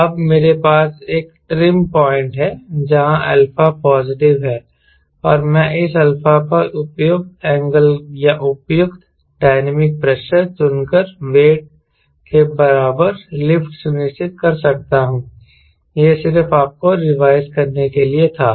तो अब मेरे पास एक ट्रिम पॉइंट है जहां अल्फा पॉजिटिव है और मैं इस अल्फा पर उपयुक्त एंगल या उपयुक्त डायनामिक प्रेशर चुनकर वेट के बराबर लिफ्ट सुनिश्चित कर सकता हूं यह सिर्फ आपको रिवाइज करने के लिए था